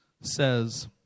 says